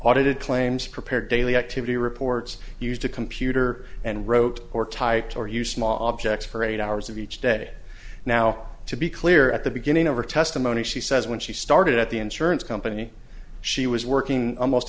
audited claims prepared daily activity reports used a computer and wrote or typed or use small objects for eight hours of each day now to be clear at the beginning of her testimony she says when she started at the insurance company she was working almost